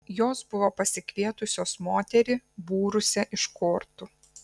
jos buvo pasikvietusios moterį būrusią iš kortų